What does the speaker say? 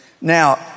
Now